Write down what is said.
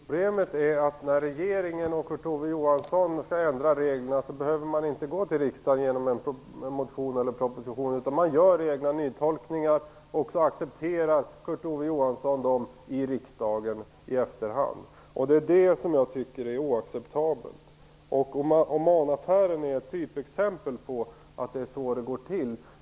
Fru talman! Problemet är att när regeringen och Kurt Ove Johansson skall ändra reglerna, behöver de inte vända sig till riksdagen med en motion eller proposition, utan de gör egna nytolkningar, som accepteras av Kurt Ove Johansson i riksdagen i efterhand. Det är detta som jag tycker är oacceptabelt. Omanaffären är ett typexempel på att det är så det går till.